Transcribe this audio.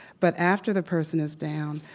but after the person is down,